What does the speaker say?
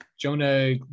Jonah